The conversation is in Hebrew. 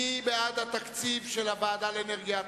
מי בעד התקציב של הוועדה לאנרגיה אטומית,